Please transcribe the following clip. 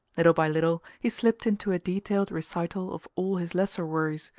little by little he slipped into a detailed recital of all his lesser worries,